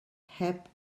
heb